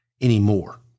anymore